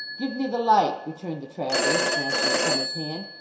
give me the light returned the traveller, snatching it from his hand,